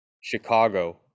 Chicago